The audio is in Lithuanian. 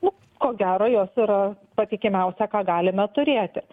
nu ko gero jos yra patikimiausia ką galime turėti